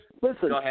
listen